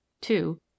Two